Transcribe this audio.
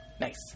Nice